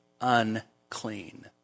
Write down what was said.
unclean